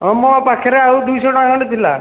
ହଁ ମୋ ପାଖରେ ଆଉ ଦୁଇଶହ ଟଙ୍କା ଖଣ୍ଡେ ଥିଲା